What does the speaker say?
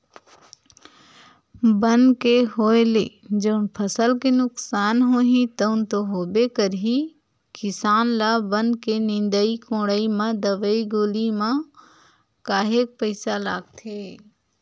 बन के होय ले जउन फसल के नुकसान होही तउन तो होबे करही किसान ल बन के निंदई कोड़ई म दवई गोली म काहेक पइसा लागथे